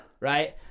Right